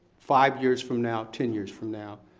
five years from now, ten years from now,